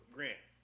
Grant